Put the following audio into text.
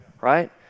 right